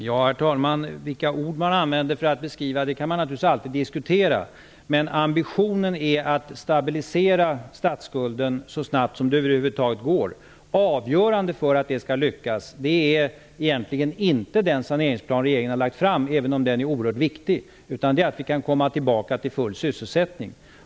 Herr talman! Vilka ord man använder för att beskriva saker och ting kan naturligtvis alltid diskuteras. Vår ambition är att stabilisera statsskulden så snabbt som det över huvud taget går. Avgörande för att det skall lyckas är egentligen inte den saneringsplan som regeringen har lagt fram, även om den är viktig, utan det är att vi kan komma tillbaka till full sysselsättning.